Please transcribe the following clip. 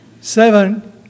Seven